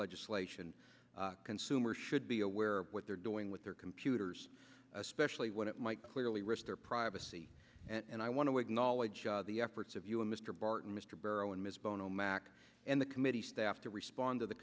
legislation consumers should be aware of what they're doing with their computers especially when it might clearly risk their privacy and i want to acknowledge the efforts of you and mr barton mr barrow and ms bono mack and the committee staff to respond to the